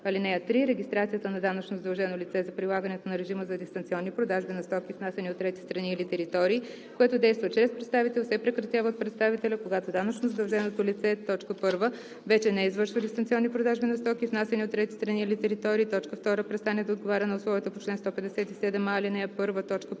ал. 2. (3) Регистрацията на данъчно задължено лице за прилагането на режима за дистанционни продажби на стоки, внасяни от трети страни или територии, което действа чрез представител, се прекратява от представителя, когато данъчно задълженото лице: 1. вече не извършва дистанционни продажби на стоки, внасяни от трети страни или територии; 2. престане да отговаря на условията по чл. 157а, ал. 1,